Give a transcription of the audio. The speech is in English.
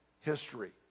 history